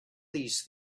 these